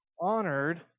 honored